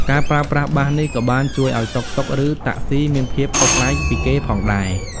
ការប្រើប្រាស់បាសនេះក៏បានជួយឱ្យតុកតុក ឬតាក់ស៊ីមានភាពខុសប្លែកពីគេផងដែរ។